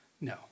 No